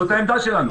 זאת העמדה שלנו.